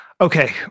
Okay